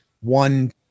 one